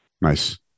Nice